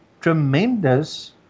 tremendous